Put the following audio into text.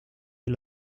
del